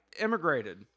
immigrated